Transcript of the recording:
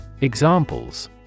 Examples